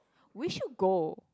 we should go